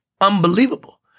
unbelievable